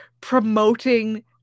promoting